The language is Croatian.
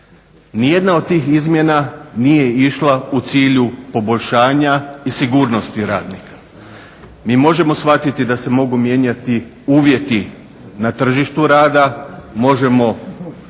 Ni jedna od tih izmjena nije išla u cilju poboljšanja i sigurnosti radnika. Mi možemo shvatiti da se mogu mijenjati uvjeti na tržištu rada, možemo